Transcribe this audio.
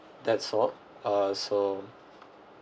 that's all uh so